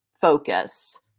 focus